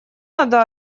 надо